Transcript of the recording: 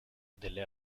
delle